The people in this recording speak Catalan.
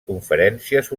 conferències